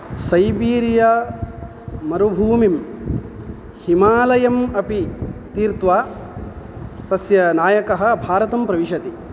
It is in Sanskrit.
सैबीरिया मरुभूमिं हिमालयम् अपि तीर्त्वा तस्य नायकः भारतं प्रविशति